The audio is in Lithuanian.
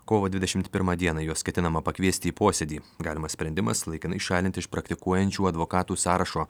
kovo dvidešimt pirmą dieną juos ketinama pakviesti į posėdį galimas sprendimas laikinai šalinti iš praktikuojančių advokatų sąrašo